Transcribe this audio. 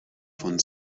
von